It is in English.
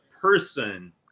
person